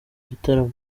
gitaramo